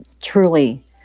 truly